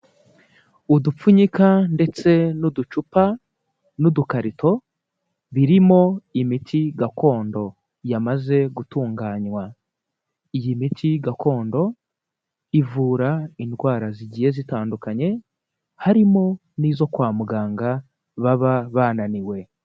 Udupfunyika ndetse n'uducupa n'udukarito, birimo imiti gakondo yamaze gutunganywa, iyi miti gakondo ivura indwara zigiye zitandukanye, harimo n'izo kwa muganga baba bananiwe.